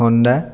Honda